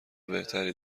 بهتری